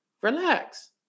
Relax